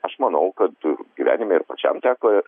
aš manau kad gyvenime ir pačiam teko